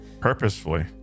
purposefully